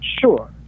Sure